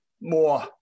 more